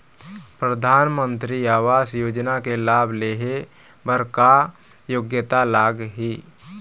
परधानमंतरी आवास योजना के लाभ ले हे बर का योग्यता लाग ही?